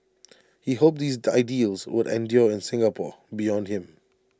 he hoped these would endure in Singapore beyond him